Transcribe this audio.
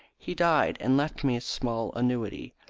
he died and left me a small annuity.